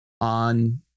on